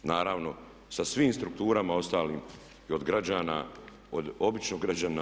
Naravno, sa svim strukturama ostalim i od građana, od običnog građanina.